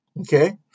Okay